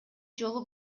жолу